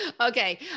Okay